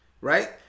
right